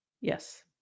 yes